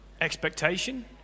Expectation